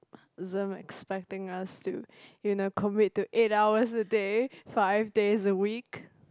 is it expecting us to you know to commit to eight hours five days a week